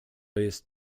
jest